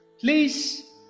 please